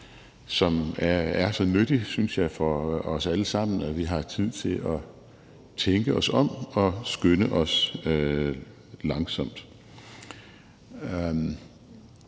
som er så nyttig – synes jeg – for os alle sammen. Der har vi tid til at tænke os om og skynde os langsomt.